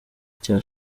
cya